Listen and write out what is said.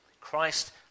Christ